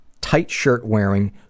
tight-shirt-wearing